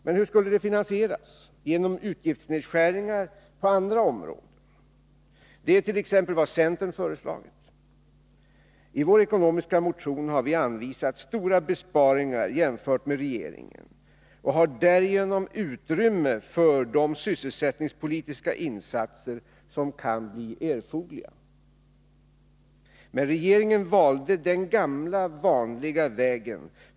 Men hur skulle det finansieras? Genom utgiftsnedskärningar på andra områden? Det är vad t.ex. centern föreslagit. I vår ekonomiska motion har vi anvisat stora besparingar jämfört med regeringens förslag, och vi har därigenom utrymme för de sysselsättningspolitiska insatser som kan bli erforderliga. Men regeringen valde den gamla vanliga vägen.